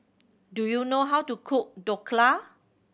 do you know how to cook Dhokla